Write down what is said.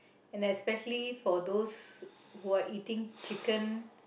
and especially for those who are eating chicken